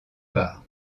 part